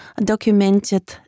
documented